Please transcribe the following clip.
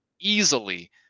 easily